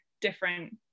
different